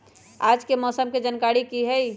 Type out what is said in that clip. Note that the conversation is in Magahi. आज के मौसम के जानकारी कि हई?